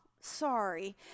sorry